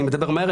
אני מדבר מהר,